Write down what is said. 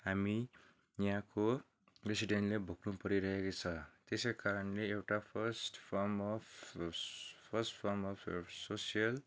हामी यहाँको रेसिडेन्टले भोग्नु परिरहेकै छ त्यसैकारणले एउटा first firm of first firm of social